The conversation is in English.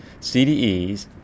CDEs